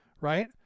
right